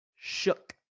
shook